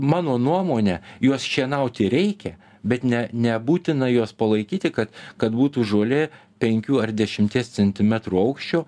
mano nuomone juos šienauti reikia bet ne nebūtina juos palaikyti kad kad būtų žolė penkių ar dešimties centimetrų aukščio